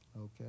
Okay